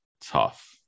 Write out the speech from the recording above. tough